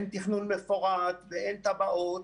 אין תכנון מפורט ואין תב"עות,